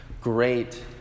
Great